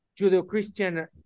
Judeo-Christian